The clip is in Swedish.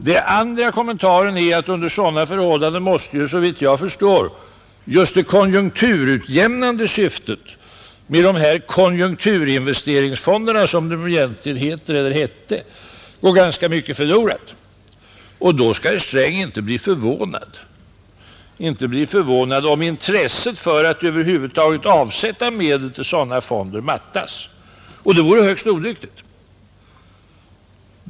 Den andra kommentaren är att under sådana förhållanden måste såvitt jag förstår just det konjunkturutjämnande syftet med konjunkturinvesteringsfonderna — som de egentligen heter, eller hette — gå ganska mycket förlorat. Och då skall herr Sträng inte bli förvånad om intresset för att över huvud taget avsätta medel till sådana fonder mattas, Och det vore högst olyckligt!